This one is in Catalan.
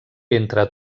entre